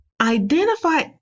identify